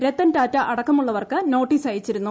രത്തൻ ടാറ്റാ അടക്കമുള്ളവർക്ക് നോട്ടീസ് അയച്ചിരുന്നു